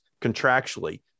contractually